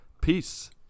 peace